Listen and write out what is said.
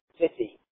City